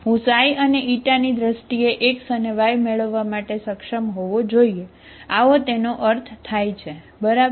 હું ξ અને η ની દ્રષ્ટિએ x અને y મેળવવા માટે સક્ષમ હોવો જોઈએ આવો તેનો અર્થ થાય છે બરાબર